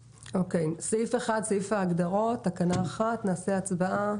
אוקיי, סעיף 1, סעיף ההגדרות, תקנה 1, נעשה הצבעה.